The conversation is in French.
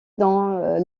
dans